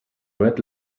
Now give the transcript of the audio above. red